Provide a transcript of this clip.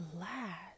last